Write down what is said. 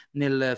nel